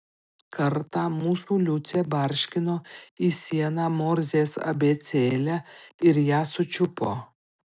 kartą mūsų liucė barškino į sieną morzės abėcėle ir ją sučiupo